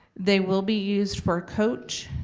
they will be used for a coach,